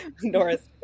Nora's